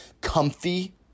comfy